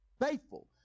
faithful